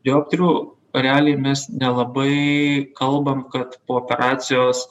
dioptrijų realiai mes nelabai kalbam kad po operacijos